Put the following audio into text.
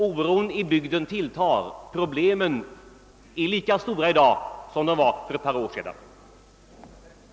Oron i bygden tilltar, problemen är nästan lika stora i dag som för ett par år sedan.